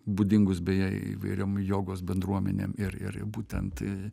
būdingus beje įvairiom jogos bendruomenėm ir ir būtent